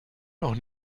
noch